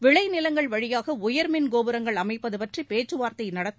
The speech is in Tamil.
விளைநிலங்கள் வழியாக உயர்மின் கோபுரங்கள் அமைப்பது பற்றி பேச்சுவார்த்தை நடத்த